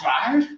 Five